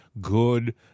good